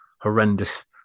horrendous